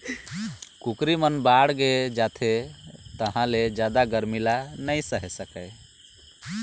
कुकरी मन बाड़गे जाथे तहाँ ले जादा गरमी ल नइ सहे सकय